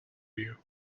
you